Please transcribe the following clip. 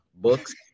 Books